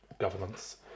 governments